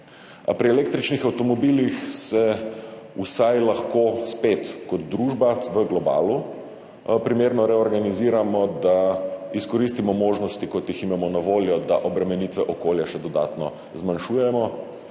Pri električnih avtomobilih se vsaj lahko spet kot družba v globalu primerno reorganiziramo, da izkoristimo možnosti, ki jih imamo na voljo, da obremenitve okolja še dodatno zmanjšujemo,